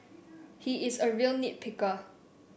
he is a real nit picker